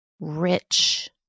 rich